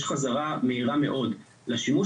יש חזרה מהירה מאוד לשימוש.